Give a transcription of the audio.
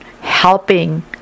helping